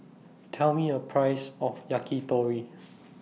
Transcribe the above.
Tell Me A Price of Yakitori